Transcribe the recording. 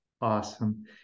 awesome